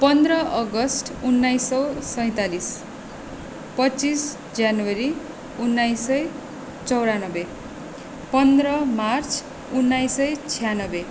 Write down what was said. पन्ध्र अगस्ट उन्नाइस सय सैँतालिस पच्चिस जनवरी उन्नाइस सय चौरानब्बे पन्ध्र मार्च उन्नाइस सय छ्यानबे